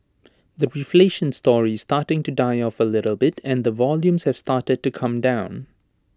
the reflation story is starting to die off A little bit and the volumes have started to come down